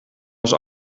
was